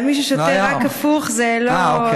למי ששותה רק הפוך, זה לא.